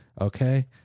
Okay